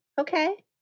Okay